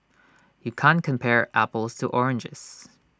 you can't compare apples to oranges